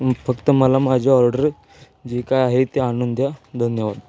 फक्त मला माझी ऑर्डर जी काय आहे ते आणून द्या धन्यवाद